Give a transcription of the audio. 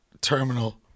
terminal